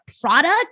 product